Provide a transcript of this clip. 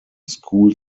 school